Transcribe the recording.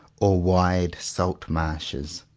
or wide salt marshes.